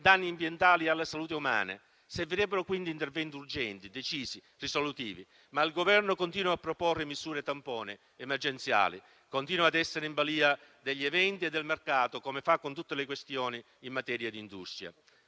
danni ambientali e alla salute umana. Servirebbero quindi interventi urgenti, decisi, risolutivi, ma il Governo continua a proporre misure tampone emergenziali, continua ad essere in balia degli eventi e del mercato, come fa con tutte le questioni in materia di industria.